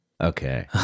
Okay